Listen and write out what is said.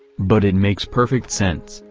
but it makes perfect sense,